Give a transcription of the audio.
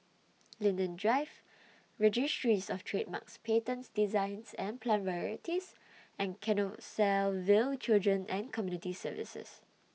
Linden Drive Registries of Trademarks Patents Designs and Plant Varieties and Canossaville Children and Community Services